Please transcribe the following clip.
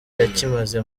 yakimaze